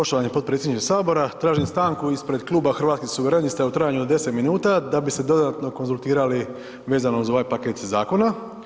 Poštovani potpredsjedniče Sabora, tražim stanku ispred Kluba Hrvatskih suverenista u trajanju od 10 minuta da bi se dodatno konzultirali vezano uz ovaj paket zakona.